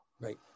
Right